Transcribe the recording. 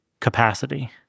capacity